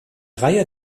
reihe